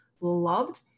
loved